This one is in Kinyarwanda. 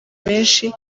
benshi